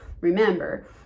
Remember